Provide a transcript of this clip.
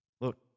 Look